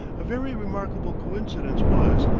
a very remarkable coincidence was,